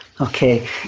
Okay